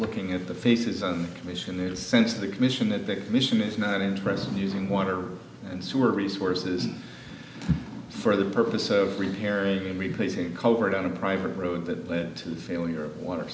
looking at the faces of commission in the sense of the commission that the commission is not interested in using water and sewer resources for the purpose of repairing and replace a culvert on a private road that led to the failure of water